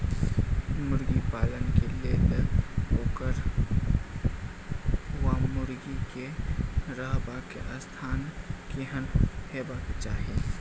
मुर्गी पालन केँ लेल ओकर वा मुर्गी केँ रहबाक स्थान केहन हेबाक चाहि?